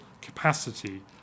capacity